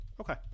Okay